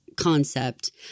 concept